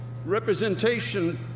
representation